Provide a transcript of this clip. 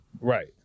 Right